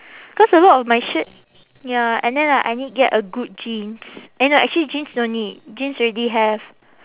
cause a lot of my shirt ya and then like I need get a good jeans eh no actually jeans don't need jeans already have